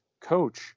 coach